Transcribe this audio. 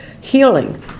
healing